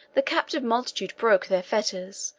the captive multitude broke their fetters,